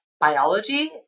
biology